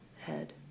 head